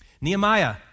Nehemiah